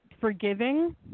forgiving